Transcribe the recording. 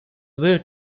were